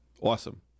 Awesome